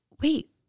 wait